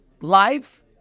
life